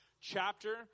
chapter